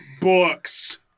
books